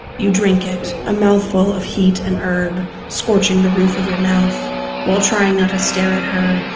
you drink it, a mouthful of heat and herb scorching the roof of your mouth while trying not to stare at her,